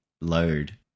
load